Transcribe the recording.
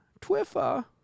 Twiffa